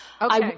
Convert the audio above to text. Okay